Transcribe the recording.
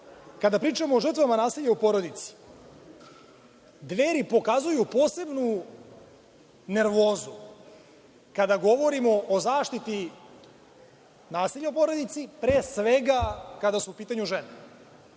Kada pričamo o žrtvama nasilja u porodici, Dveri pokazuju posebnu nervozu, kada govorimo o zaštiti od nasilja u porodici, pre svega, kada su u pitanju žene,